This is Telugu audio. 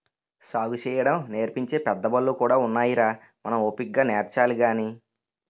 సాగుసేయడం నేర్పించే పెద్దబళ్ళు కూడా ఉన్నాయిరా మనం ఓపిగ్గా నేర్చాలి గాని